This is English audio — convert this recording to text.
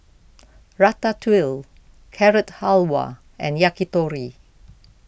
Ratatouille Carrot Halwa and Yakitori